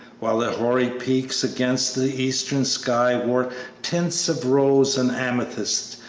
while the hoary peaks against the eastern sky wore tints of rose and amethyst,